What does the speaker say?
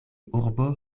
urbo